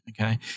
Okay